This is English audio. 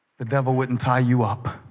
the devil wouldn't tie you up